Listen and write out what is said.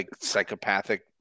psychopathic